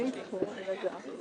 לסיפור הנושא של ההכשרה.